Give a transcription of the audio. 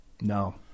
No